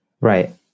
Right